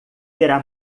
terá